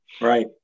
Right